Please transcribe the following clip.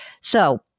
So-